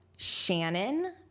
Shannon